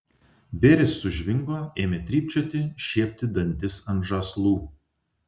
bėris sužvingo ėmė trypčioti šiepti dantis ant žąslų